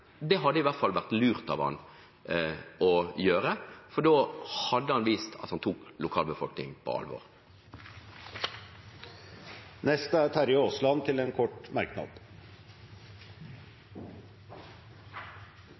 Det hadde i hvert fall vært lurt av ham å gjøre, for da hadde han vist at han tok lokalbefolkningen på alvor. Representanten Terje Aasland har hatt ordet to ganger tidligere og får ordet til en kort merknad,